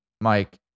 Mike